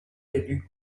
élus